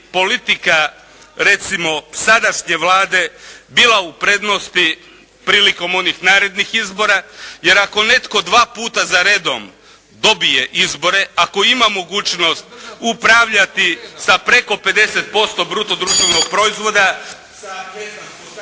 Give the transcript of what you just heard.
politika recimo sadašnje Vlade bila u prednosti prilikom onih narednih izbora, jer ako netko dva puta za redom dobije izbore, ako ima mogućnost upravljati sa preko 50% bruto društvenog proizvoda